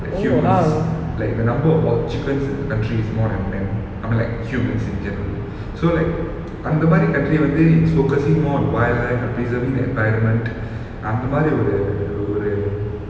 like humans like the number of all the chickens in the country is more than men I mean like humans in general so like அந்த மாதிரி:antha mathiri country வந்து:vanthu is focusing more on wildlife and preserving the environment அந்த மாதிரி ஒரு ஒரு:antha mathiri oru oru